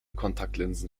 kontaktlinsen